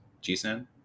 G-San